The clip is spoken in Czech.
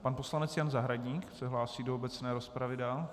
Pan poslanec Jan Zahradník se hlásí do obecné rozpravy dál.